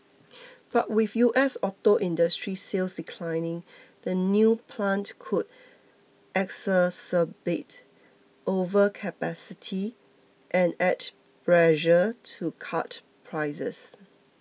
but with U S auto industry sales declining the new plant could exacerbate overcapacity and add pressure to cut prices